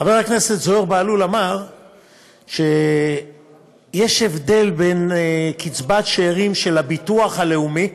חבר הכנסת זוהיר בהלול אמר שיש הבדל בין קצבת שאירים של הביטוח הלאומי,